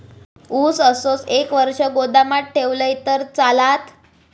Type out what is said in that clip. ऊस असोच एक वर्ष गोदामात ठेवलंय तर चालात?